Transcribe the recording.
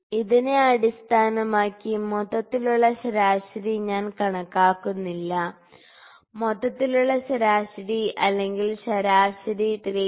ഇതിനെ അടിസ്ഥാനമാക്കി മൊത്തത്തിലുള്ള ശരാശരി ഞാൻ കണക്കാക്കുന്നില്ല മൊത്തത്തിലുള്ള ശരാശരി അല്ലെങ്കിൽ ശരാശരി 3